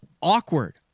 awkward